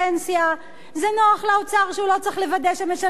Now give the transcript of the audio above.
זה נוח לאוצר שהוא לא צריך לוודא שמשלמים שכר מינימום,